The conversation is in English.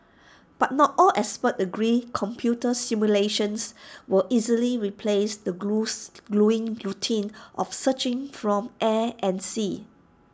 but not all experts agree computer simulations will easily replace the gruelling routine of searching from air and sea